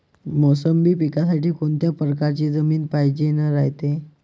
मोसंबी पिकासाठी कोनत्या परकारची जमीन पायजेन रायते?